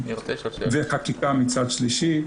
וחקיקה מצד שלישי,